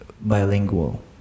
bilingual